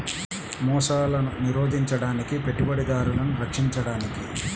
మోసాలను నిరోధించడానికి, పెట్టుబడిదారులను రక్షించడానికి